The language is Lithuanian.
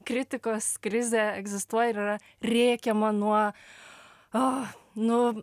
kritikos krizė egzistuoja ir yra rėkiama nuo a nu